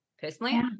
Personally